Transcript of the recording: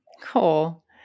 Cool